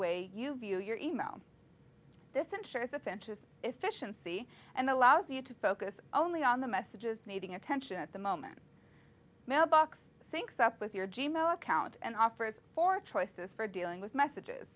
way you view your email this ensures the finches efficiency and allows you to focus only on the messages needing attention at the moment mailbox syncs up with your g mail account and offers for choices for dealing with messages